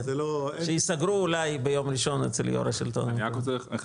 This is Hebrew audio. זה פחות או יותר -- שייסגרו אולי ביום ראשון אצל יו"ר השלטון המקומי.